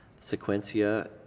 Sequencia